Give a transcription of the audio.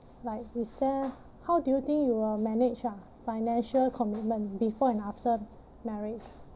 like is there how do you think you will manage your financial commitment before and after marriage